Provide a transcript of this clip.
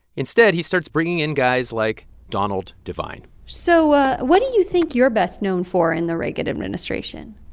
instead, he starts bringing in guys like donald devine so ah what do you think you're best known for in the reagan administration?